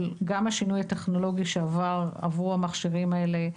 גם של השינוי הטכנולוגי שעברו המכשירים האלה,